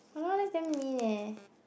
!walao! that's damn mean eh